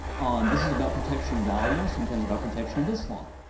this is about protection of values, sometimes about protection of islam,